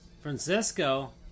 Francisco